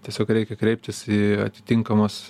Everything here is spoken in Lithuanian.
tiesiog reikia kreiptis į atitinkamas